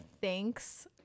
thanks